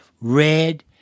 red